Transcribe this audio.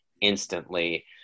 instantly